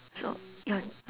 so